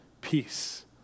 peace